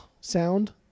sound